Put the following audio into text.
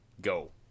go